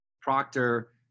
Proctor